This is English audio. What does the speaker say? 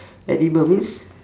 edible means